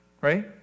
right